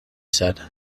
said